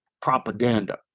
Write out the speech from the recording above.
propaganda